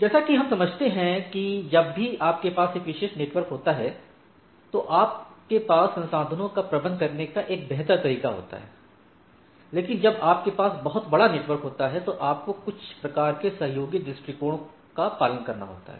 जैसा कि हम समझते हैं कि जब भी आपके पास एक एक विशेष नेटवर्क होता है तो आपके पास संसाधनों का प्रबंधन करने का एक बेहतर तरीका होता है लेकिन जब आपके पास बहुत बड़ा नेटवर्क होता है तो आपको कुछ प्रकार के सहयोगी दृष्टिकोण को पालन करना होता है